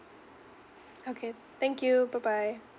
okay thank you bye bye